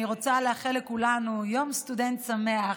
אני רוצה לאחל לכולנו יום סטודנט שמח.